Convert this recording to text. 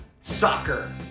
Soccer